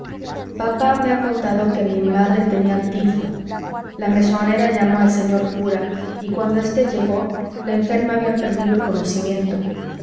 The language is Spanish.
papá me ha contado que mi madre tenía tifo la mesonera llamó al señor cura y cuando éste llegó la enferma había perdido el conocimiento